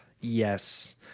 Yes